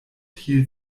hielt